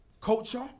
culture